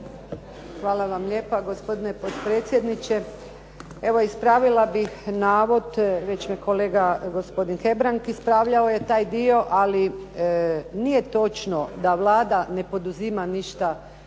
Hvala vam lijepa gospodine potpredsjedniče. Evo ispravila bih navod, već me kolega gospodin Hebrang ispravljao je taj dio. Ali nije točno da Vlada ne poduzima ništa